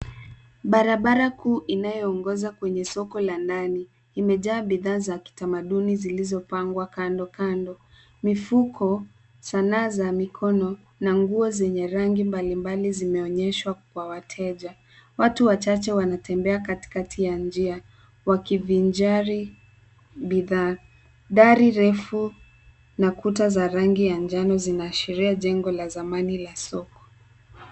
Barabara kuu inayoongoza kwenye soko la ndani, imejaa bidhaa za kitamaduni zilizopangwa kando kando. Mifuko, sanaa za mikono na nguo zenye rangi mbalimbali zimeonyeshwa kwa wateja. Watu wachache wanatembea katikati ya njia wakifijali bidhaa. Dari refu na kuta za rangi ya njano zinaashiria jengo la zamani la soko.